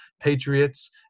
Patriots